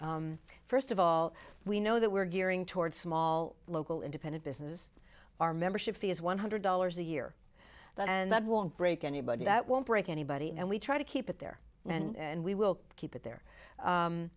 first of all we know that we're gearing towards small local independent businesses our membership fee is one hundred dollars a year and that won't break anybody that won't break anybody and we try to keep it there and we will keep it there